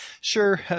sure –